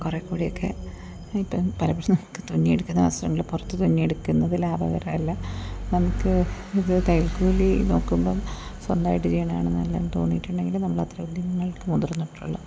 കുറേക്കൂടിയൊക്കെ ഇപ്പം പല പ്രശ്നങ്ങൾക്ക് തുന്നിയെടുക്കുന്ന വസത്രങ്ങൾ പുറത്ത് തുന്നിയെടുക്കുന്നത് ലാഭകരമല്ല നമുക്ക് ഇത് തയ്യൽക്കൂലി നോക്കുമ്പം സ്വന്തമായിട്ട് ചെയ്യണതാണ് നല്ലതെന്ന് തോന്നിയിട്ടുണ്ടെങ്കിലും നമ്മളത്ര ഉദ്യമങ്ങൾക്ക് മുതിർന്നിട്ടുള്ളു